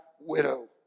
widow